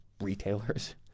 retailers